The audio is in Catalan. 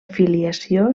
filiació